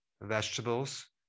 vegetables